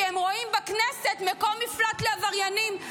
כי הם רואים בכנסת מקום מפלט לעבריינים.